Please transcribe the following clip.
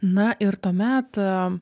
na ir tuomet